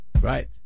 right